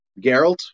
Geralt